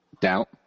Doubt